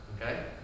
Okay